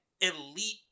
elite